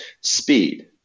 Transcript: speed